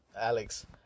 alex